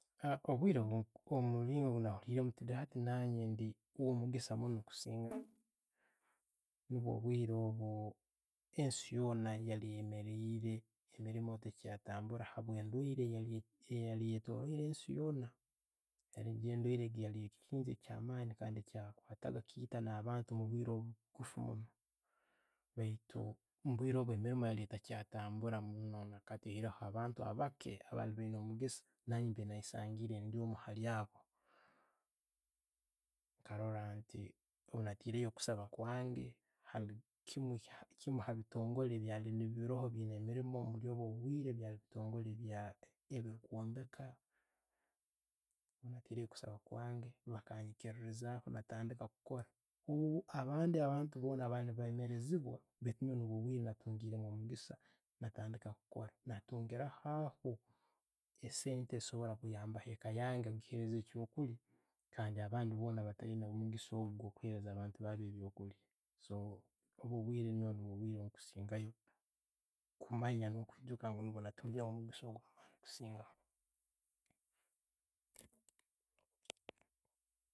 Obwiire, nko muliingo nahuriremu today, hati nangye ndi wo'mugisa muuno kusinga, nuubwo obwiire obwo ensi yoona yeli eyemeriire, emiirimu tekyatambura habwe endwaire eyaali eyotoirere ensi yoona. Egyo endwaire engyo chikaba ekintu ekyamaani kandi kyakwataga ne'chiita abantu omubwire buguffu munno. Baitu omubwire obwo, emiriimu ekaba netachatambura muuno nakati hoireho abantu abake abaibaire no'mugisa nanyoowe niiho nesangiire ndi hali omu abo. Nkarora nti bweneteyiireyo okusaba kwange hakimu a kitongole ebikaba biiyiina emilimu omubwiire obwo biika bitongole ebyo kwombeka. Bwenateireyo kusaba kwange, bakanyiikiirizaamu natandika kukora. Wo'abantu abandi boona bali ne bemerelezibwa baitu nyoowe nuubo obwiire natungiireemu omugisa natandika kukora na'tungirahaho esente ekisobora kuyamba e'ka yange ngihereza ekyo 'kulya kandi abandi boona batayiina mugisa ogwo kuha abantu baabu ebyo'kulya. So, obwo niibo obwiire obukiisangayo kumanya no'kwijuuka ngu nuho natungiremu omugisa oguli kusingayo.